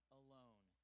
alone